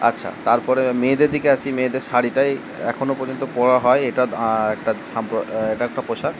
আচ্ছা তারপরে মেয়েদের দিকে আসি মেয়েদের শাড়িটাই এখনও পর্যন্ত পরা হয় এটা একটা এটা একটা পোশাক